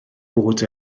bod